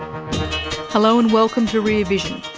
hello and welcome to rear vision,